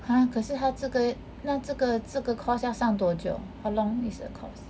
!huh! 可是他这个那这个这个 course 要上多久 how long is the course